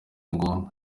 ngo